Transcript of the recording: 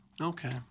Okay